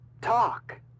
talk